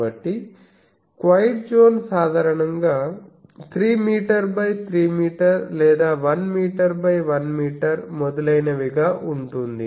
కాబట్టి quiet zone సాధారణంగా three metre by three metre లేదా 1మీటర్ బై 1మీటర్ మొదలైనవి గా ఉంటుంది